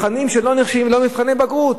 לא מבחני בגרות,